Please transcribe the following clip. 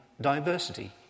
diversity